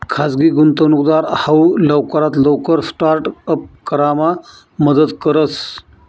खाजगी गुंतवणूकदार हाऊ लवकरात लवकर स्टार्ट अप करामा मदत करस